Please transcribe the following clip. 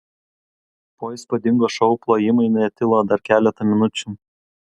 po įspūdingo šou plojimai netilo dar keletą minučių